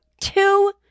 two